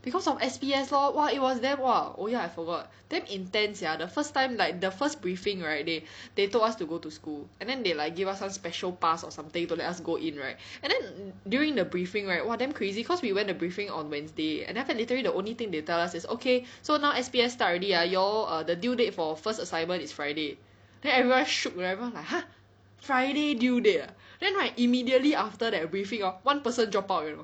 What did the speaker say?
cause of S_P_S lor !wah! it was damn !wah! oh ya I forgot damn intense sia the first time like the first briefing right they they told us to go to school and then they like give us some special pass or something to let us go in right and then during the briefing right !wah! damn crazy cause we went the briefing on Wednesday and then after that literally the only thing they tell us is okay so now S_P_S start already ah y'all err the due date for first assignment is Friday then everyone shook everyone like !huh! Friday due date ah then right immediately after that briefing hor one person drop out you know